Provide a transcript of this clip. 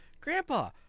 Grandpa